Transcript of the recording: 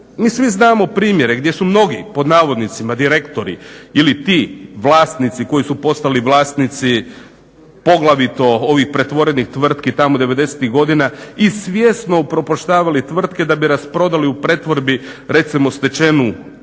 Mi svi znamo primjere gdje su mnogi pod navodnicima "direktori" ili ti vlasnici koji su postali vlasnici poglavito ovih pretvorenih tvrtki '90-ih godina i svjesno upropaštavali tvrtke da bi rasprodali u pretvorbi recimo stečenu